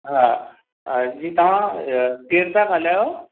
हा जी तव्हां केरु था ॻाल्हायो